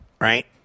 right